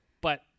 But-